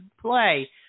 play